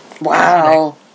Wow